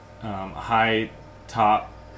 high-top